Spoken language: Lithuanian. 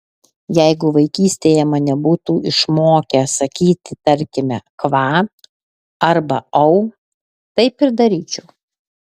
jeigu vaikystėje mane būtų išmokę sakyti tarkime kva arba au taip ir daryčiau